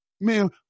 Man